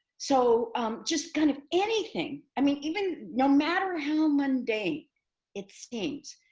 so just kind of anything. i mean, even no matter how mundane it seems,